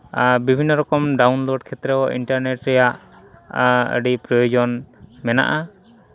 ᱟᱨ ᱵᱤᱵᱷᱤᱱᱱᱚ ᱨᱚᱠᱚᱢ ᱰᱟᱣᱩᱱᱞᱳᱰ ᱠᱷᱮᱛᱨᱮ ᱫᱚ ᱤᱱᱴᱟᱨᱱᱮᱹᱴ ᱨᱮᱭᱟᱜ ᱟᱹᱰᱤ ᱯᱨᱳᱭᱳᱡᱚᱱ ᱢᱮᱱᱟᱜᱼᱟ